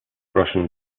russian